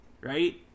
right